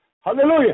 Hallelujah